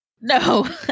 no